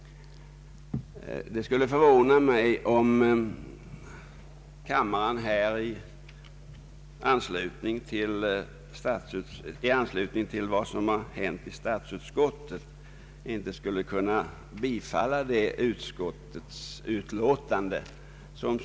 Det skulle förvåna mig om kammaren efter vad som hänt i statsutskottet inte skulle kunna bifalla utlåtandet.